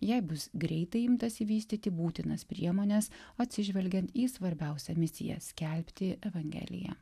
jei bus greitai imtasi vystyti būtinas priemones atsižvelgiant į svarbiausią misiją skelbti evangeliją